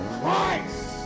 Christ